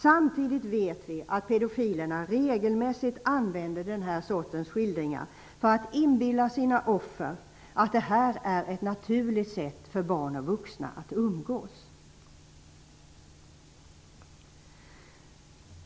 Samtidigt vet vi att pedofilerna regelmässigt använder den här sortens skildringar för att inbilla sina offer att detta är ett naturligt sätt för barn och vuxna att umgås.